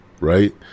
Right